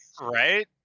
Right